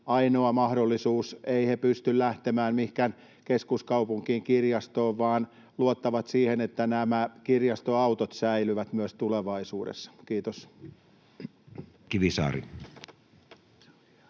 ainoa mahdollisuus. Eivät he pysty lähtemään mihinkään keskuskaupunkiin kirjastoon vaan luottavat siihen, että kirjastoautot säilyvät myös tulevaisuudessa. — Kiitos. [Speech